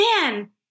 man